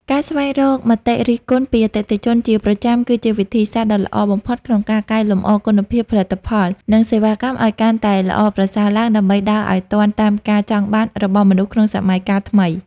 ការស្វែងរកមតិរិះគន់ពីអតិថិជនជាប្រចាំ គឺជាវិធីសាស្ត្រដ៏ល្អបំផុតក្នុងការកែលម្អគុណភាពផលិតផល និងសេវាកម្មឱ្យកាន់តែល្អប្រសើរឡើង ដើម្បីដើរឱ្យទាន់តាមការចង់បានរបស់មនុស្សក្នុងសម័យកាលថ្មី។